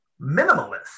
minimalist